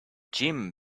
jim